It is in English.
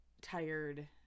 tired